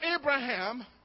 Abraham